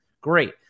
Great